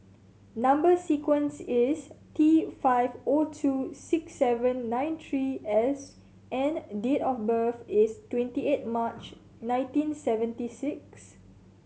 number sequence is T five O two six seven nine three S and date of birth is twenty eight March nineteen seventy six